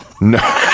No